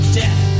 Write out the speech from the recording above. death